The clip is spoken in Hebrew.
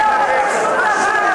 כי זה לא פותר שום דבר.